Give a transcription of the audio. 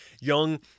Young